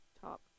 top